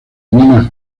nina